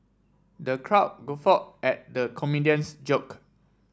the crowd guffawed at the comedian's joke